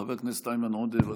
חבר הכנסת איימן עודה, בבקשה.